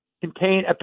contain